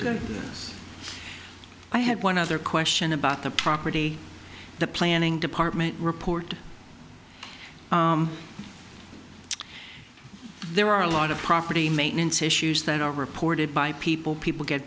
among us i had one other question about the property the planning department report there are a lot of property maintenance issues that are reported by people people get